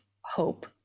hope